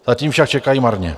Zatím však čekají marně.